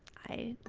i